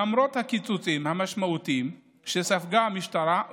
למרות הקיצוצים המשמעותיים שספגה המשטרה,